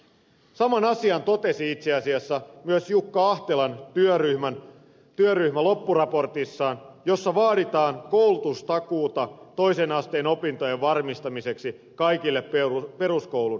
saman asian totesi itse asiassa myös jukka ahtelan työryhmä loppuraportissaan jossa vaaditaan koulutustakuuta toisen asteen opintojen varmistamiseksi kaikille peruskoulun päättäville